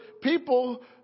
people